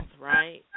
right